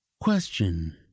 question